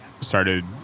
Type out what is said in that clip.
started